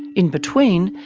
in between,